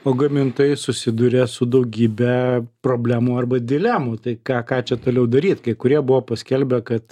o gamintojai susiduria su daugybe problemų arba dilemų tai ką ką čia toliau daryt kai kurie buvo paskelbę kad